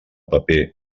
paper